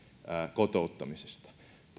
kotouttamisesta